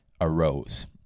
arose